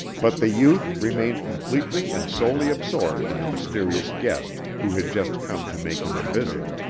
but the youth remained completely and solely absorbed in the mysterious guest who had just come to make him a visit.